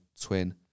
twin